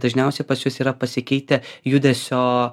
dažniausiai pas jus yra pasikeitę judesio